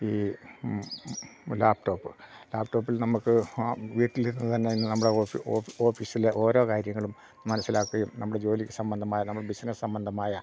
ഈ ലാപ്ടോപ്പ് ലാപ്ടോപ്പിൽ നമുക്ക് വീട്ടിലിരുന്ന് തന്നെ നമ്മുടെ ഓഫീസിലെ ഓരോ കാര്യങ്ങളും മനസ്സിലാക്കുകയും നമ്മുടെ ജോലിക്ക് സംബന്ധമായ നമ്മുടെ ബിസിനസ് സംബന്ധമായ